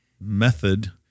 method